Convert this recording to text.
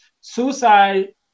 suicide